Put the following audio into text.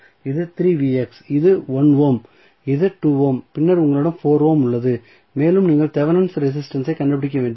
இது இது 1 ஓம் இது 2 ஓம் பின்னர் உங்களிடம் 4 ஓம் உள்ளது மேலும் நீங்கள் தெவெனின் ரெசிஸ்டன்ஸ் ஐ கண்டுபிடிக்க வேண்டும்